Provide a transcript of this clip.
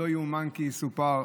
"לא יאומן כי יסופר",